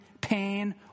pain